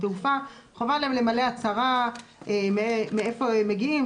בתעופה חובה עליהם למלא הצהרה מאיפה הם מגיעים,